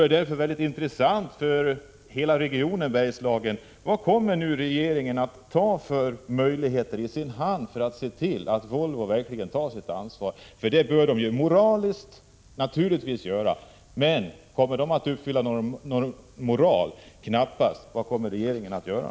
Det är därför mycket intressant för hela Bergslagsregionen att få besked om vilka möjligheter regeringen har i sin hand när det gäller att se till att Volvo verkligen tar sitt ansvar. Moraliskt sett bör företaget naturligtvis göra det, men jag tror knappast att det kommer att uppfylla några moraliska bud. Vad kommer regeringen att göra?